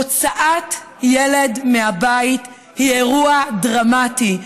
הוצאת ילד מהבית היא אירוע דרמטי,